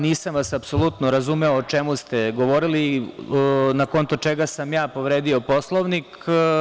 Nisam vas apsolutno razumeo o čemu ste govorili i na konto čega sam ja povredio Poslovnik.